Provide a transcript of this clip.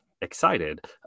excited